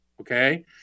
Okay